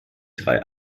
drei